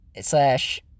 slash